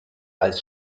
als